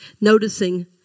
noticing